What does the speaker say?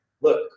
look